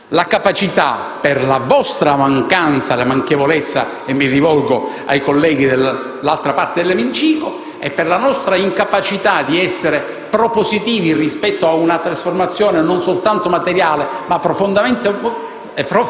la capacità, per la vostra manchevolezza (e mi rivolgo ai colleghi dell'altra parte dell'emiciclo) e per la vostra incapacità di essere propositivi rispetto a una trasformazione non soltanto materiale ma profondamente